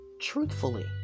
truthfully